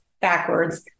backwards